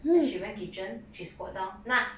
then she went kitchen she squat down 呐